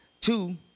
Two